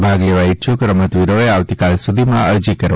ભાગ લેવા ઇચ્છુક રમતવીરોએ આવતીકાલ સુધીમાં અરજી કરવાની રહેશે